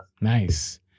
Nice